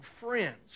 friends